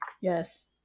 Yes